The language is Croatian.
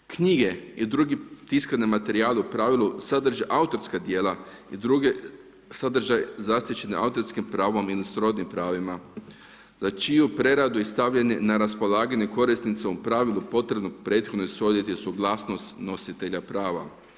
Knjige i drugi tiskani materijali u pravilu sadrže autorska djela i druge sadržaje zaštićene autorskim pravom ili srodnim pravima za čiju preradu i stavljanje na raspolaganje korisnici u pravilu potrebno prethodno ushoditi suglasnosti nositelja prava.